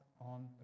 on